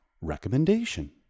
recommendation